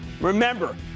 remember